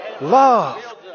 Love